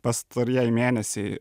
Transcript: pastarieji mėnesiai